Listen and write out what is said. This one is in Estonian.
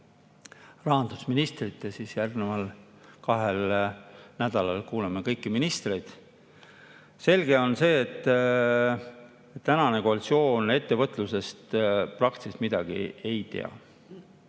rahandusministrit, ja siis järgneval kahel nädalal kuulame kõiki ministreid. Selge on see, et tänane koalitsioon ettevõtlusest praktiliselt midagi ei tea.